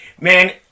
man